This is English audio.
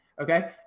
okay